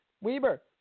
Weber